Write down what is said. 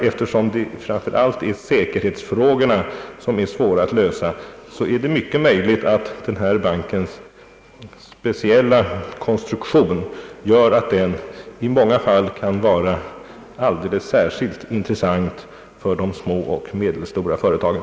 Eftersom framför allt säkerhetsfrågorna är så svåra att lösa för de mindre företagen, är det möjligt att bankens speciella konstruktion gör att den i många fall kan vara alldeles särskilt intressant för de små och medelstora företagen.